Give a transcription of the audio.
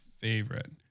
favorite